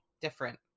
different